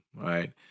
right